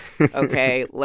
okay